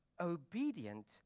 obedient